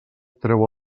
treu